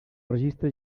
registre